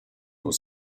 was